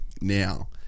now